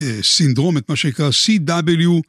סינדרומת, מה שקרה, CW.